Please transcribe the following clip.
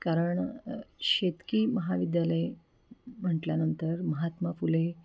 कारण शेतकी महाविद्यालय म्हटल्यानंतर महात्मा फुले